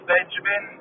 Benjamin